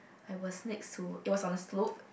I was next to it was on a slope